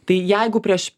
tai jeigu prieš